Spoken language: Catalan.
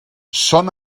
són